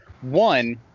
One